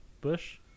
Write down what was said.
Bush